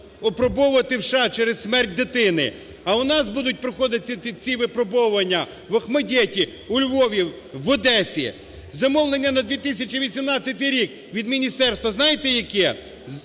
опробовувати в США через смерть дитини. А у нас будуть проходити ці випробовування в "ОХМАТДИТі", у Львові, в Одесі. Замовлення на 2018 рік від міністерства знаєте, яке?